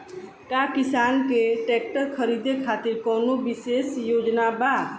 का किसान के ट्रैक्टर खरीदें खातिर कउनों विशेष योजना बा?